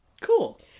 cool